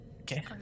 Okay